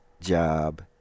job